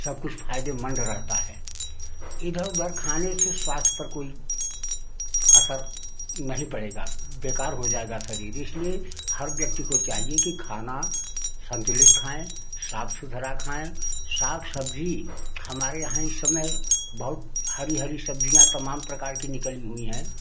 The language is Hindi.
सब कुछ फायदेमंद रहता है इधर उधर खाने से स्वास्थ्य पर कोई असर नहीं पड़ेगा बेकार हो जाएगा शरीर इसलिए हर व्यक्ति को चाहिए कि खाना संतुलित खाए साफ सुथरा खाए शाक सब्जी हमारे यहाँ इस समय बहुत हरी हरी सब्जियाँ तमाम प्रकार की निकली हुई हैं